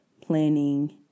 planning